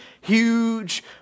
huge